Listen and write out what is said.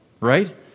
right